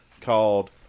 called